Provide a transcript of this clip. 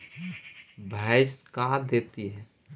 भैंस का देती है?